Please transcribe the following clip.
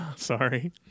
Sorry